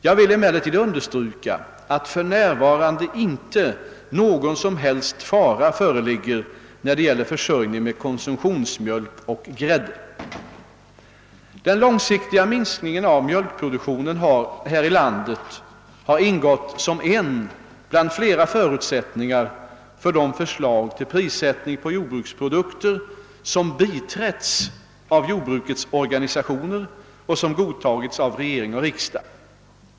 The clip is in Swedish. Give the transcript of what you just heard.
Jag vill emellertid understryka att för närvarande inte någon som helst fara föreligger när det gäller försörjningen med konsumtionsmjölk och grädde. Den långsiktiga minskningen av mjölkproduktionen här i landet har ingått som en bland flera förutsättningar för de förslag till prissättning på jordbruksprodukter som biträtts av jordbrukets organisationer och som godtagits av regering och riksdag.